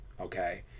okay